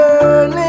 burning